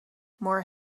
more